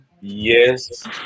Yes